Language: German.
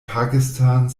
pakistan